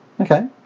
Okay